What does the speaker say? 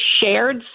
shared